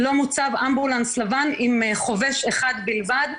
לא מוצב אמבולנס לבן עם חובש אחד בלבד,